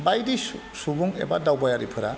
बायदि सुबुं एबा दावबायारिफोरा